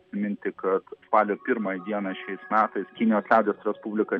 priminti kad spalio pirmąją dieną šiais metais kinijos liaudies respublika